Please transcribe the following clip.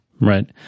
Right